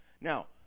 Now